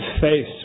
face